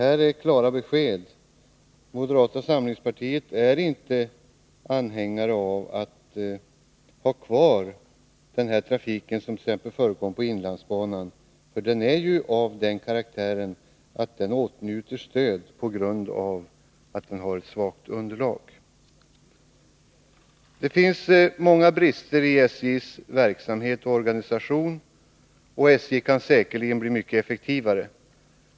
Det är klara besked om att moderata samlingspartiet inte är anhängare av att ha kvar t.ex. den trafik som förekommer på inlandsbanan och som ju är av den karaktären att den åtnjuter stöd på grund av att den har ett svagt underlag. Det finns många brister i SJ:s verksamhet, och organisationen kan säkert bli mycket effektivare.